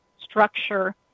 structure